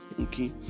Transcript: okay